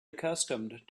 accustomed